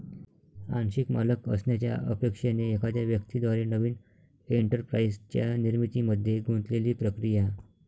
आंशिक मालक असण्याच्या अपेक्षेने एखाद्या व्यक्ती द्वारे नवीन एंटरप्राइझच्या निर्मितीमध्ये गुंतलेली प्रक्रिया